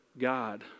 God